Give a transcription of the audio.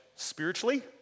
spiritually